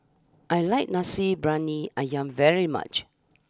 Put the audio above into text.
I like Nasi Briyani Ayam very much